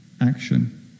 action